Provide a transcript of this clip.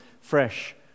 fresh